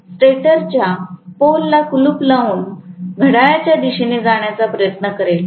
स्टेटरच्या पोल ला कुलूप लावून घड्याळाच्या दिशेने जाण्याचा प्रयत्न करेल